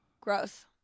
Gross